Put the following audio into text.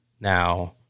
now